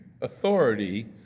authority